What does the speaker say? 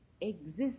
exists